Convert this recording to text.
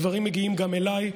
הדברים מגיעים גם אליי.